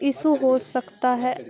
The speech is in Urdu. اسو ہو سکتا ہے